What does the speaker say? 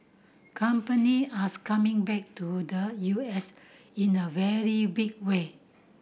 company as coming back to the U S in a very big way